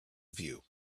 view